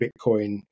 bitcoin